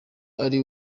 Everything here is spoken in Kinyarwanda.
atari